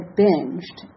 binged